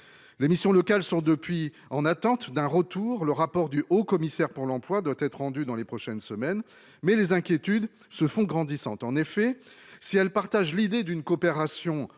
Les missions locales sont depuis en attente d'un retour. Le rapport du Haut commissaire pour l'emploi doit être rendue dans les prochaines semaines. Mais les inquiétudes se font grandissantes en effet si elle partage l'idée d'une coopération